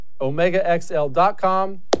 OmegaXL.com